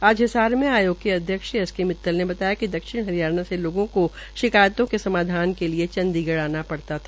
आज हिसार में आयोग के अध्यक्ष एस के मित्तल ने कहा कि दक्षिण हरियाणा से लोगों को शिकायतों के समाधान के लिए चंडीगढ़ आना पड़ता है